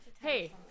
Hey